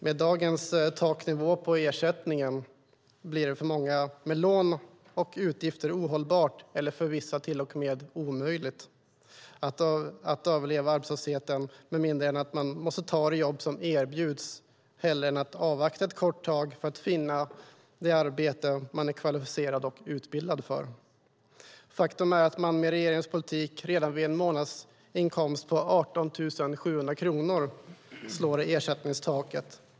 Med dagens taknivå på ersättningen blir det, för många med lån och utgifter, ohållbart - eller för vissa till och med omöjligt - att överleva arbetslösheten med mindre än att man måste ta det jobb som erbjuds hellre än att avvakta ett kort tag för att finna det arbete man är kvalificerad och utbildad för. Faktum är att man med regeringens politik redan vid en månadsinkomst på 18 700 kronor slår i ersättningstaket.